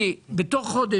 בתוך חודש,